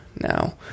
now